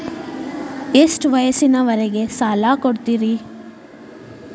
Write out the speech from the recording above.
ಎಷ್ಟ ವಯಸ್ಸಿನವರಿಗೆ ಸಾಲ ಕೊಡ್ತಿರಿ?